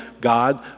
God